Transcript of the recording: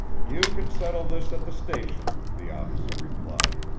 you can settle this at the station, the officer replied.